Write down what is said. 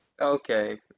Okay